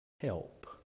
help